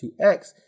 2X